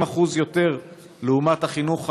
30% יותר לעומת החינוך